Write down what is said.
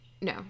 No